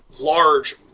large